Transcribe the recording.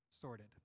sorted